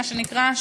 מה שנקרא,